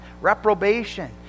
reprobation